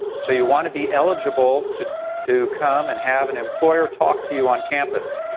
so you want to be eligible to to come and have an employer talk to you on campus.